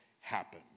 happen